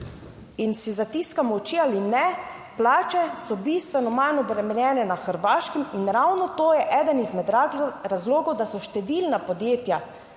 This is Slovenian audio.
in si zatiskamo oči, ali ne, plače so bistveno manj obremenjene na Hrvaškem in ravno to je eden izmed razlogov, da so številna podjetja